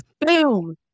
Boom